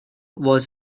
was